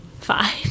fine